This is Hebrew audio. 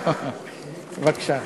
בבקשה.